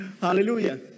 Hallelujah